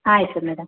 ಆಯಿತು ಮೇಡಮ್